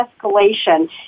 escalation